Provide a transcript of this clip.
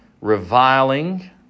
reviling